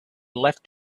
left